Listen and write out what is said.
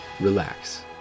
relax